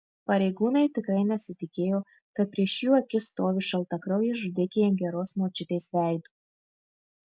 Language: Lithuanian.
pareigūnai tikrai nesitikėjo kad prieš jų akis stovi šaltakraujė žudikė geros močiutės veidu